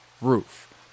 roof